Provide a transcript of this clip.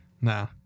Nah